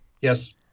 Yes